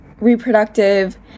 reproductive